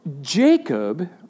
Jacob